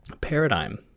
paradigm